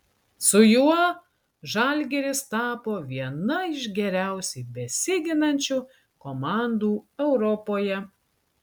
su juo žalgiris tapo viena iš geriausiai besiginančių komandų europoje